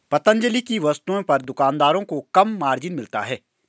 पतंजलि की वस्तुओं पर दुकानदारों को कम मार्जिन मिलता है